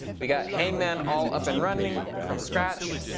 we got hangman all up and running from scratch.